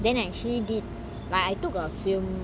then actually did like I took a film